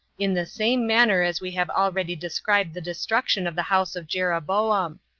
in the same manner as we have already described the destruction of the house of jeroboam.